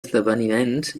esdeveniments